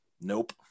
nope